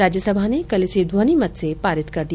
राज्यसभा ने कल इसे ध्वनि मत से पारित कर दिया